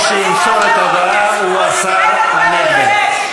מי שימסור את ההודעה הוא השר הנגבי.